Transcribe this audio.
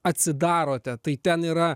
atsidarote tai ten yra